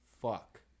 fuck